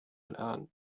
الآن